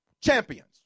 champions